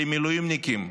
למילואימניקים,